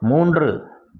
மூன்று